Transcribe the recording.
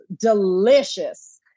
delicious